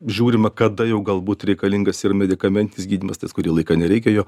žiūrime kada jau galbūt reikalingas ir medikamentinis gydymas nes kurį laiką nereikia jo